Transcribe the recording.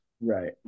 Right